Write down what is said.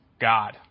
God